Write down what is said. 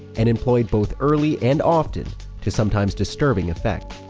and employed both early and often to sometimes disturbing effect.